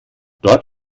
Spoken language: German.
dort